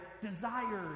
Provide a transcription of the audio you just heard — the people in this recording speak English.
desires